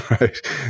right